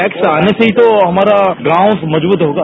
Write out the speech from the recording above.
tax आने से ही तो हमारा गांव मजबूत होगा